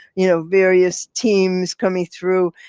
you know, various teams coming through.